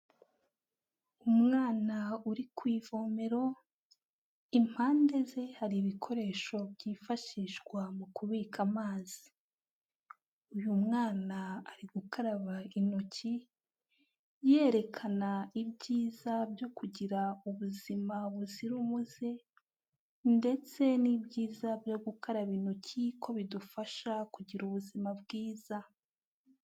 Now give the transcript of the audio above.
Umwana uri ku ivomero, impande ze, hari ibikoresho byifashishwa mu kubika amazi. Uyu mwana ari gukaraba intoki, yerekana ibyiza byo kugira ubuzima buzira umuze, ndetse n'ibyiza byo gukaraba intoki, ko bidufasha, kugira ubuzima bwiza.